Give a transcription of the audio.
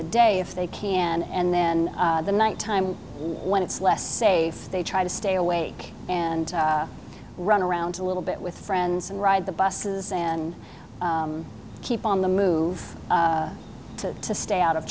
the day if they can and then the night time when it's less safe they try to stay awake and run around a little bit with friends and ride the buses and keep on the move to to stay out of